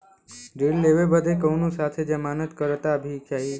ऋण लेवे बदे कउनो साथे जमानत करता भी चहिए?